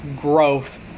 growth